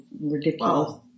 ridiculous